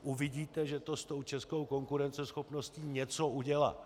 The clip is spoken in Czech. Uvidíte, že to s tou českou konkurenceschopností něco udělá.